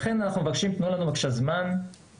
ולכן אנחנו מבקשים שתיתנו לנו זמן להיערך